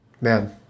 Man